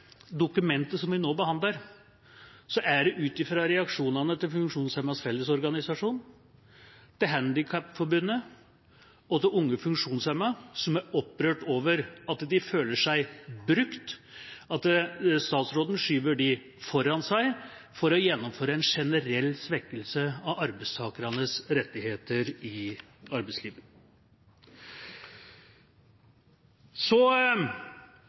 dokumentet som vi nå behandler, er det ut fra reaksjonene til Funksjonshemmedes Fellesorganisasjon, til Handikapforbundet og til Unge funksjonshemmede, som er opprørt over – de føler seg brukt – at statsråden skyver dem foran seg for å gjennomføre en generell svekkelse av arbeidstakernes rettigheter i arbeidslivet.